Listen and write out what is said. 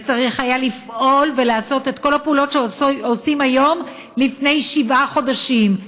וצריך היה לפעול ולעשות את כל הפעולות שעושים היום לפני שבעה חודשים,